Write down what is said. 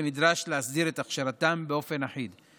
ונדרש להסדיר את הכשרתם באופן אחיד.